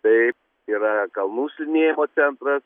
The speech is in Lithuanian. tai yra kalnų slidinėjimo centras